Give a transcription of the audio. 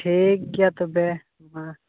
ᱴᱷᱤᱠᱜᱮᱭᱟ ᱛᱚᱵᱮ ᱢᱟ